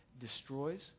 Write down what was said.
destroys